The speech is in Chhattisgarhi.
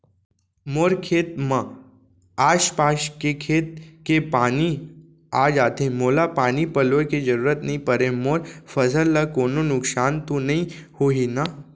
मोर खेत म आसपास के खेत के पानी आप जाथे, मोला पानी पलोय के जरूरत नई परे, मोर फसल ल कोनो नुकसान त नई होही न?